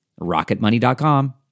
rocketmoney.com